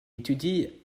étudie